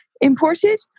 imported